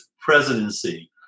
presidency